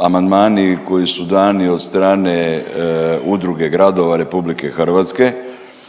amandmani koji su dani od strane Udruge gradova RH, a